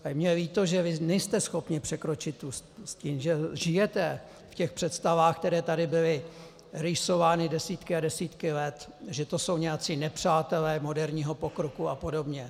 A je mně líto, že vy nejste schopni překročit svůj stín, že žijete v představách, které tady byly rýsovány desítky a desítky let, že to jsou nějací nepřátelé moderního pokroku apod.